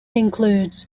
includes